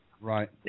Right